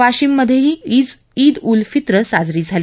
वाशिम मधेही ईद उल फित्र साजरी झाली